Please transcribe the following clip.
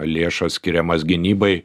lėšas skiriamas gynybai